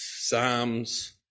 Psalms